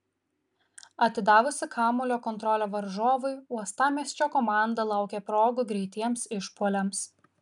atidavusi kamuolio kontrolę varžovui uostamiesčio komanda laukė progų greitiems išpuoliams